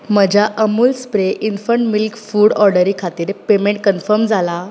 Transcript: म्हज्या Amul spray infant milk food ऑर्डरी खातीर पेमेंट कन्फर्म जाला